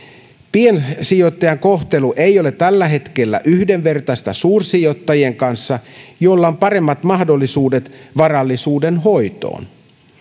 piensijoittajan kohtelu ei ole tällä hetkellä yhdenvertaista suursijoittajien kanssa joilla on paremmat mahdollisuudet varallisuuden hoitoon yleishyödyllisiksi